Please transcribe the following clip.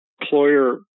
employer